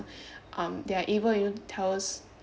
um they are able you know to tell us